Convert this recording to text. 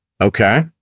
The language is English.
Okay